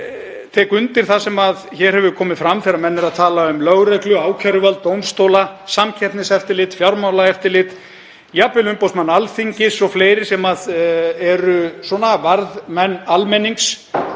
saman. Ég tek undir það sem hér hefur komið fram þegar menn eru að tala um lögreglu, ákæruvald, dómstóla, samkeppniseftirlit, fjármálaeftirlit, jafnvel umboðsmann Alþingis og fleiri sem eru varðmenn almennings